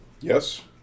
Yes